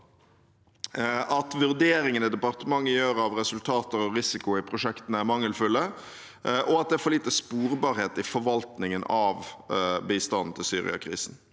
at vurderingene departementet gjør av resultater og risiko i prosjektene, er mangelfulle – at det er for lite sporbarhet i forvaltningen av bistanden til Syria-krisen